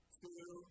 two